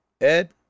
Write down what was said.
ed